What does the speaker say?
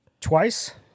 twice